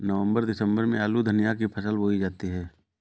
नवम्बर दिसम्बर में आलू धनिया की फसल बोई जाती है?